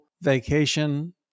vacation